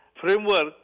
framework